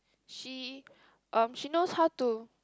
she um she knows how to